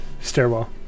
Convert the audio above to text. stairwell